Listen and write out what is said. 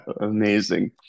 amazing